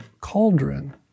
cauldron